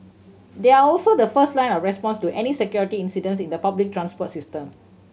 they are also the first line of response to any security incidents in the public transport system